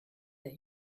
that